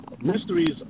mysteries